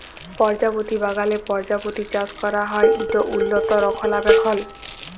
পরজাপতি বাগালে পরজাপতি চাষ ক্যরা হ্যয় ইট উল্লত রখলাবেখল